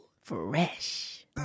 fresh